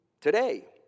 today